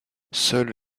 seule